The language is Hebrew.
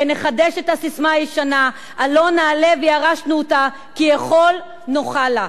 ונחדש את הססמה הישנה: "עלה נעלה וירשנו אֹתה כי יכול נוכל לה".